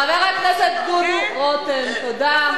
חבר הכנסת דודו רותם, תודה.